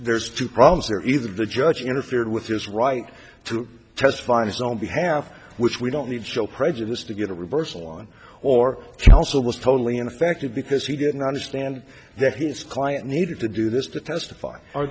there's two problems there either the judge interfered with his right to testify on his own behalf which we don't need still prejudice to get a reversal on or kelso was totally ineffective because he didn't understand that his client needed to do this to testify